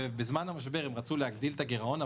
ובזמן המשבר הם רצו להגדיל את הגירעון,